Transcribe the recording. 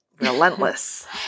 relentless